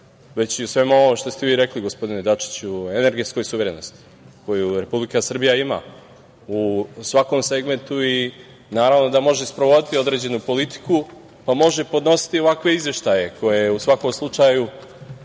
već i u svemu ovome što ste vi rekli gospodine Dačiću, o energetskoj suverenosti koju Republika Srbija ima u svakom segmentu i naravno da može sprovoditi određenu politiku, pa može podnositi i ovakve izveštaje koje u svakom slučaju